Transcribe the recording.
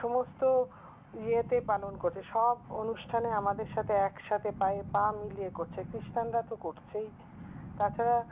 সমস্ত ইয়েতে পালন করছে সব অনুষ্ঠানে আমাদের সাথে একসাথে পায়ে পা মিলিয়ে করছে খ্রিস্টানরা তো করছেই তাছাড়া